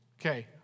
Okay